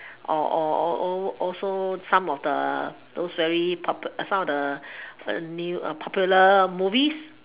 or or or or also some of the those very pop~ some of the new popular movies